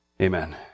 Amen